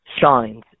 Shines